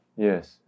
Yes